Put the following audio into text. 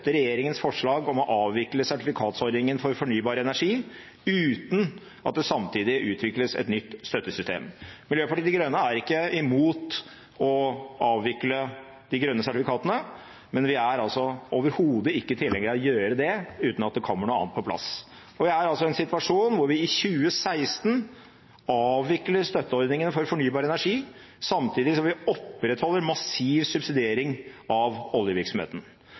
regjeringens forslag om å avvikle sertifikatordningen for fornybar energi uten at det samtidig utvikles et nytt støttesystem. Miljøpartiet De Grønne er ikke imot å avvikle de grønne sertifikatene, men vi er overhodet ikke tilhenger av å gjøre det uten at det kommer noe annet på plass. Vi er i en situasjon hvor vi i 2016 avvikler støtteordningene for fornybar energi samtidig som vi opprettholder massiv subsidiering av oljevirksomheten.